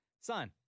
Son